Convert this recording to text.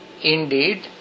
indeed